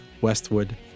Westwood